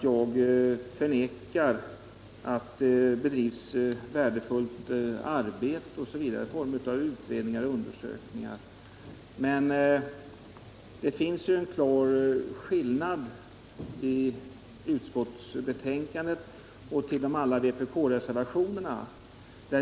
Jag förnekar inte att det bedrivs värdefullt arbete i form av utredningar och undersökningar. Men det finns en klar skillnad mellan utskottsbetänkandet och vpk-reservationerna.